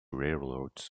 railroads